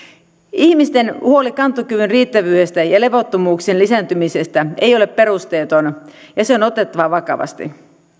ihmisten huoli kantokyvyn riittävyydestä ja ja levottomuuksien lisääntymisestä ei ole perusteeton ja se on otettava vakavasti